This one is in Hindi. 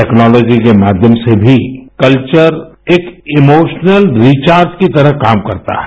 टेक्नोलोजी के माध्यम से भी कल्वर एक इमोशनल रिचार्ज की तरह काम करता है